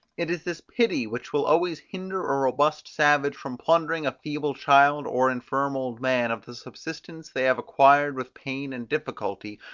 it is this pity which will always hinder a robust savage from plundering a feeble child, or infirm old man, of the subsistence they have acquired with pain and difficulty,